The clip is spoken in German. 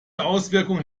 außenwirkung